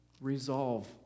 resolve